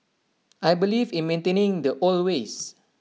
I believe in maintaining the old ways